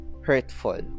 hurtful